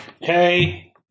Hey